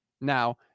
Now